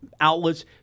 outlets